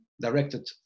directed